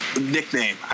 nickname